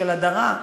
של הדרה,